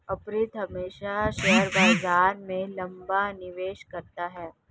अर्पित हमेशा शेयर बाजार में लंबा निवेश करता है